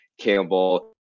Campbell